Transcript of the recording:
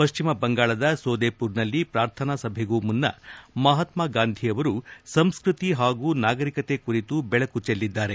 ಪಶ್ಚಿಮ ಬಂಗಾಳದ ಸೋದೇಪುರ್ನಲ್ಲಿ ಪ್ರಾರ್ಥನಾ ಸಭೆಗೂ ಮುನ್ನ ಮಹಾತ್ಸಗಾಂಧಿ ಅವರು ಸಂಸ್ಕತಿ ಹಾಗೂ ನಾಗರಿಕ ಕುರಿತು ಬೆಳಕು ಚೆಲ್ಲಿದ್ದಾರೆ